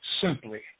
simply